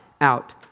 out